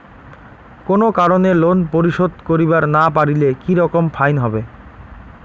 কোনো কারণে লোন পরিশোধ করিবার না পারিলে কি রকম ফাইন হবে?